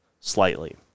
slightly